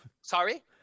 Sorry